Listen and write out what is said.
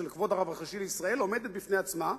של כבוד הרב הראשי לישראל עומדת בפני עצמה,